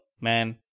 Man